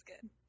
good